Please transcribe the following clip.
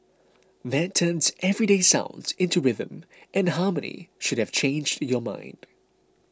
that turns everyday sounds into rhythm and harmony should have changed your mind